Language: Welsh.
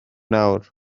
nawr